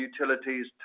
utilities